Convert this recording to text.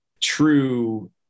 true